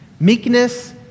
Meekness